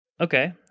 Okay